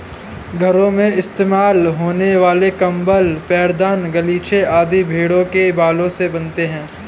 घरों में इस्तेमाल होने वाले कंबल पैरदान गलीचे आदि भेड़ों के बालों से बनते हैं